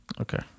okay